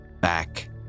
back